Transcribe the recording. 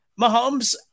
Mahomes